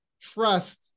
trust